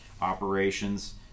operations